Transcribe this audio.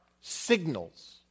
signals